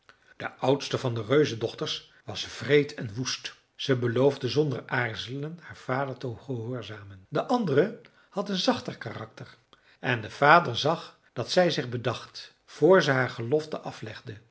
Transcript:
de oudste van de reuzendochters was wreed en woest ze beloofde zonder aarzelen haar vader te gehoorzamen de andere had een zachter karakter en de vader zag dat zij zich bedacht vr ze haar gelofte aflegde